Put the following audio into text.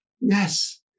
yes